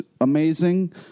amazing